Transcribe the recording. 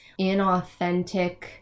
inauthentic